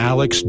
Alex